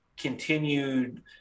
continued